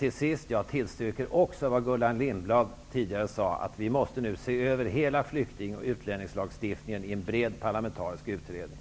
Till sist: Jag tillstyrker också vad Gullan Lindblad tidigare sade, nämligen att vi nu i en bred parlamentarisk utredning måste se över hela flykting och utlänningslagstiftningen.